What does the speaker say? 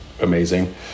amazing